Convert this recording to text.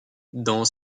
dans